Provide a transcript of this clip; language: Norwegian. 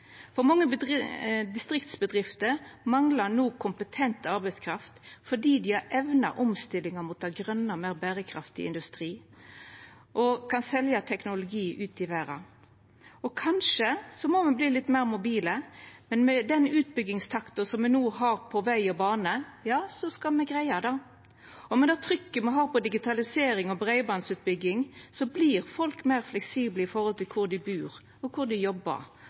distriktsbedrifter manglar no kompetent arbeidskraft fordi dei har evna omstillinga mot ein grønare og berekraftig industri og kan selja teknologi ut i verda. Kanskje må me verta litt meir mobile, men med den utbyggingstakta me no har på veg og bane, skal me greia det. Og med det trykket me har på digitalisering og breibandsutbygging, vert folk meir fleksible når det gjeld kvar dei bur, kvar dei jobbar, og korleis ein nyttar dei